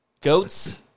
goats